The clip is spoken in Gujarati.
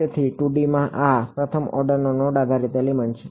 તેથી 2D માં આ પ્રથમ ઓર્ડર નોડ આધારિત એલિમેન્ટ છે